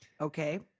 Okay